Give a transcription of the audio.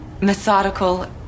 methodical